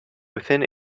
within